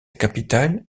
capitale